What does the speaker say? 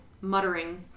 muttering